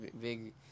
big